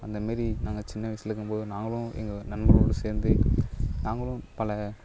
அந்த மாரி நாங்கள் சின்ன வயதுல இருக்கும் போது நாங்களும் எங்கள் நண்பர்களும் சேர்ந்து நாங்களும் பல